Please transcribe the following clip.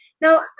now